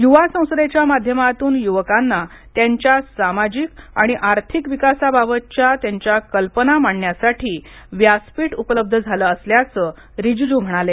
युवा संसदेच्या माध्यमातून युवकांना त्यांच्या सामाजिक आणि आर्थिक विकासाबाबतच्या त्यांच्या कल्पना मांडण्यासाठी व्यासपीठ उपलब्ध झालं असल्याचं रीजिज् म्हणाले